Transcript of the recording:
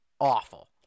awful